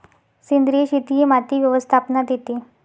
सेंद्रिय शेती ही माती व्यवस्थापनात येते